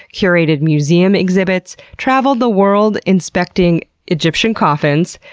curated museum exhibits, traveled the world inspecting egyptian coffins,